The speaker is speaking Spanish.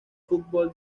fútbol